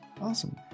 Awesome